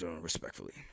Respectfully